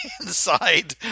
inside